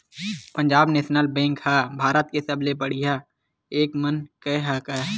Punjab National Bank ह भारत के सबले बड़का बेंक मन म एक हरय